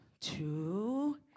two